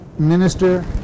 minister